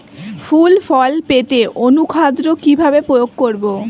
ফুল ফল পেতে অনুখাদ্য কিভাবে প্রয়োগ করব?